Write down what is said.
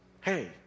Hey